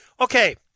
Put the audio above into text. Okay